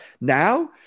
Now